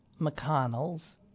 McConnell's